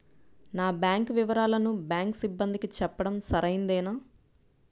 నా బ్యాంకు వివరాలను బ్యాంకు సిబ్బందికి చెప్పడం సరైందేనా?